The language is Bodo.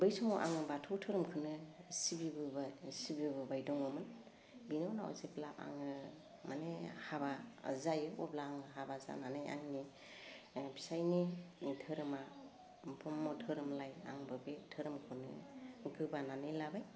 बै समाव आङो बाथौ धोरोमखोनो सिबिबोबाय सिबिबोबाय दङमोन बेनि उनाव जेब्ला आङो माने हाबा जायो अब्ला आं हाबा जानानै आंनि फिसाइनि धोरोमा ब्रह्म धोरोमलाइ आंबो बे धोरोमखौनो गोबानानै लाबाय